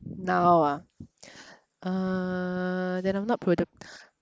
now ah uh then I'm not produc~